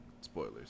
spoilers